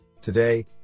Today